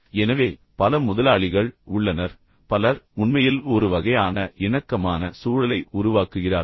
எனவே பல முதலாளிகள் உள்ளனர் பலர் உண்மையில் ஒரு வகையான இணக்கமான சூழலை உருவாக்குகிறார்கள்